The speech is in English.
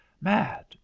Mad